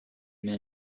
men